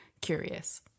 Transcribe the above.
curious